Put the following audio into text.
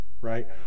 Right